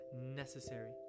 necessary